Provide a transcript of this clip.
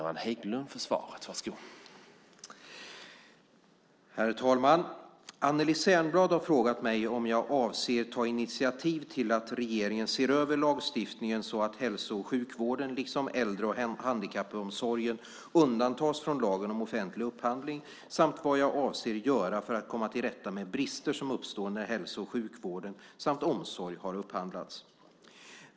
Herr talman! Anneli Särnblad har frågat mig om jag avser att ta initiativ till att regeringen ser över lagstiftningen så att hälso och sjukvården liksom äldre och handikappomsorgen undantas från lagen om offentlig upphandling samt vad jag avser att göra för att komma till rätta med brister som uppstår när hälso och sjukvård samt omsorg har upphandlats.